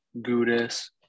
Gudis